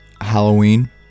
Halloween